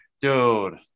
dude